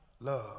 love